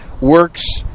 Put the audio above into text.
works